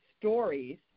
stories